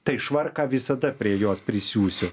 tai švarką visada prie jos prisiūsiu